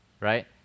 right